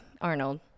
arnold